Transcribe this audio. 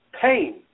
Pain